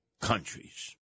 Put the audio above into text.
countries